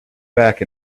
back